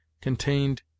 contained